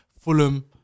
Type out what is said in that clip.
Fulham